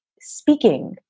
speaking